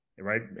right